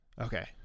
Okay